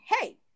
hey